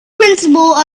principle